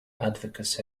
advocacy